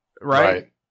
right